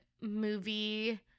movie